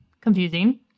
Confusing